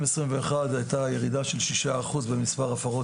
ב-2021 היתה ירידה של שישה אחוז במספר הפרות